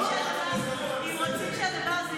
קנסות בגין הנפת דגל של ארגון טרור),